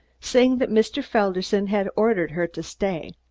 saying that mr. felderson had ordered her to stay.